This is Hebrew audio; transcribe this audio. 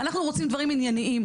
אנחנו רוצים דברים ענייניים,